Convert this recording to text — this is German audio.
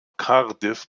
cardiff